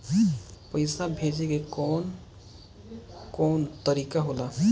पइसा भेजे के कौन कोन तरीका होला?